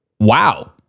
Wow